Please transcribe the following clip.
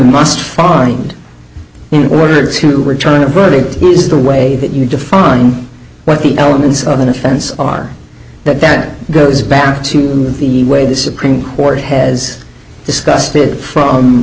must find in order to return a verdict is the way that you define what the elements of an offense are that that goes back to the way the supreme court has discussed it from